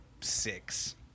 six